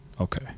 okay